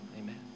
amen